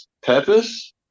purpose